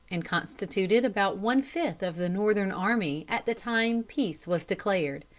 and constituted about one-fifth of the northern army at the time peace was declared.